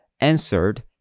answered